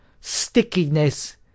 stickiness